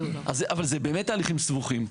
אבל אלה באמת תהליכים סבוכים.